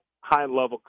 high-level